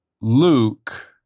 Luke